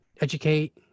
educate